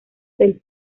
del